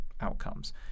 outcomes